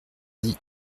dit